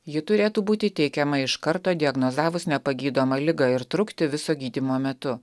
ji turėtų būti teikiama iš karto diagnozavus nepagydomą ligą ir trukti viso gydymo metu